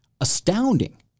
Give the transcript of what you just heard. astounding